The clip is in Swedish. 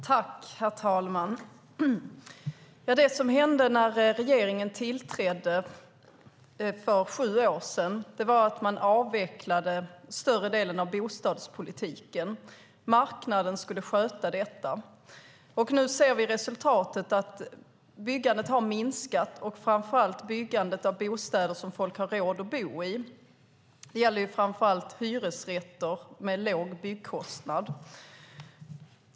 Herr talman! Det som hände när regeringen tillträdde för sju år sedan var att man avvecklade större delen av bostadspolitiken. Marknaden skulle sköta detta. Nu ser vi resultatet. Byggandet har minskat och framför allt byggandet av bostäder som folk har råd att bo i. Det gäller främst hyresrätter med låg byggkostnad.